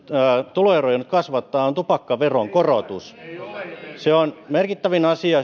tuloeroja kasvattaa on tupakkaveron korotus se on merkittävin asia